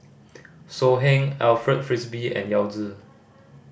So Heng Alfred Frisby and Yao Zi